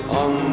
on